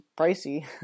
pricey